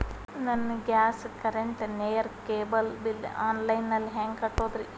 ನನ್ನ gas, current, ನೇರು, cable bill online ನಲ್ಲಿ ಹೆಂಗ್ ಕಟ್ಟೋದ್ರಿ?